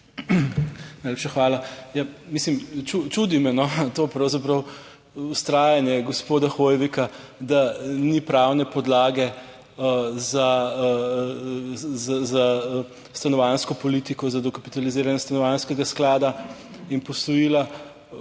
Najlepša hvala. Ja, mislim, čudi me to pravzaprav, vztrajanje gospoda Hoivika, da ni pravne podlage za stanovanjsko politiko, za dokapitaliziranje stanovanjskega sklada in posojila